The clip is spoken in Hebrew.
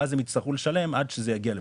ואז הם יצטרכו לשלם עד שזה יגיע לפה,